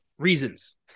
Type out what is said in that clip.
Reasons